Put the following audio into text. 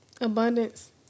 Abundance